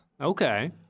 Okay